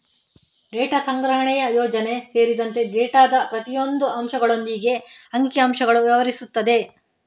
data ಸಂಗ್ರಹಣೆಯ ಯೋಜನೆ ಸೇರಿದಂತೆ ಡೇಟಾದ ಪ್ರತಿಯೊಂದು ಅಂಶಗಳೊಂದಿಗೆ ಅಂಕಿ ಅಂಶಗಳು ವ್ಯವಹರಿಸುತ್ತದೆ